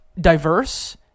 diverse